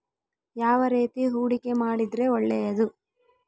ಯಾವ ರೇತಿ ಹೂಡಿಕೆ ಮಾಡಿದ್ರೆ ಒಳ್ಳೆಯದು?